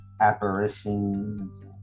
apparitions